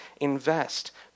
invest